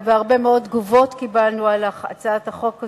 וקיבלנו הרבה מאוד תגובות על הצעת החוק הזאת.